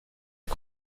est